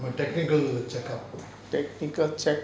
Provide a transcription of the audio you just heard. the technical checkup